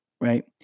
right